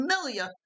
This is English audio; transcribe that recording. familiar